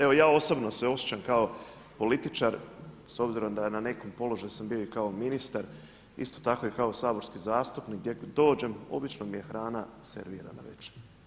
Evo ja osobno se osjećam kao političar s obzirom da na nekom položaju sam bio i kao ministar, isto tako i kao saborski zastupnik, gdje dođem obično mi je hrana servirana već.